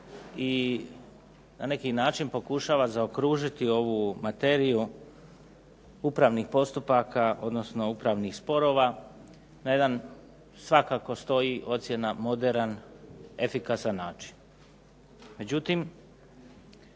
i na neki način pokušava zaokružiti ovu materiju upravnih postupaka, odnosno upravnih sporova na jedan svakako stoji ocjena moderan, efikasan način. Međutim,